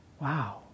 wow